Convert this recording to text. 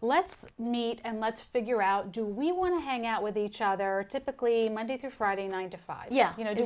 let's neat and let's figure out do we want to hang out with each other typically monday through friday nine to five yeah you know do